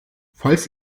falls